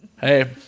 Hey